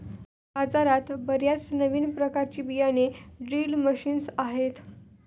बाजारात बर्याच नवीन प्रकारचे बियाणे ड्रिल मशीन्स आहेत